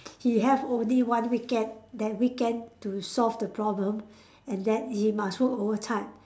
he have only one weekend that weekend to solve the problem and that he must work overtime